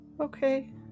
Okay